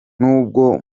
n’ubwo